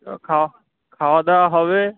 ও খাওয়া খাওয়া দাওয়া হবে